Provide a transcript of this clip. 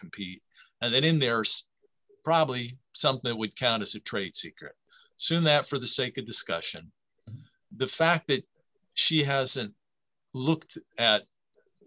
compete and then in their state probably something that would count as a trade secret soon that for the sake of discussion the fact that she hasn't looked at